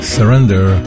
Surrender